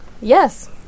Yes